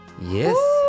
Yes